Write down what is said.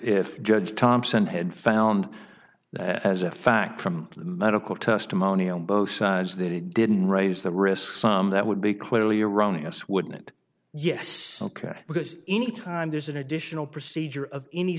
if judge thompson had found that as a fact from medical testimony on both sides that it didn't raise the risk some that would be clearly erroneous wouldn't yes ok because anytime there's an additional procedure of any